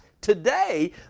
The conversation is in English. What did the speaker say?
Today